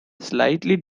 slightly